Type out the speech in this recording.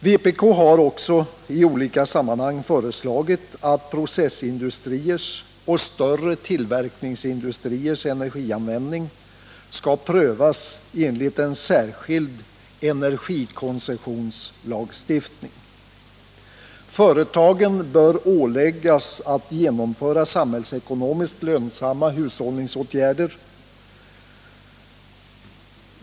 Vpk har också i olika sammanhang föreslagit att processindustriernas och större tillverkningsindustriers energianvändning skall prövas enligt en särskild energikoncessionslagstiftning. Företagen bör åläggas att genomföra samhällsekonomiskt lönsamma hushållningsåtgärder.